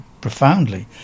profoundly